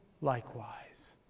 likewise